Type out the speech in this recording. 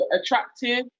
attractive